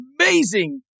amazing